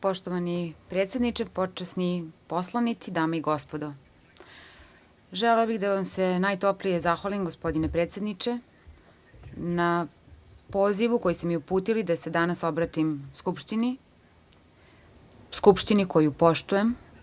Poštovani predsedniče, počasni poslanici, dame i gospodo, želeo bih da vam se najtoplije zahvalim gospodine predsedniče na pozivu koji ste mi uputili da se danas obratim Skupštini, Skupštini koju poštujem.